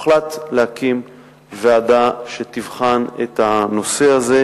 הוחלט להקים ועדה שתבחן את הנושא הזה,